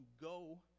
go